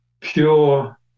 pure